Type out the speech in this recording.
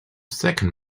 second